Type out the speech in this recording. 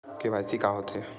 KYC का होथे?